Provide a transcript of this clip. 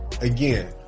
Again